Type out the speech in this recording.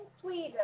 Sweden